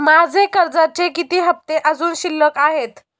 माझे कर्जाचे किती हफ्ते अजुन शिल्लक आहेत?